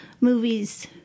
movies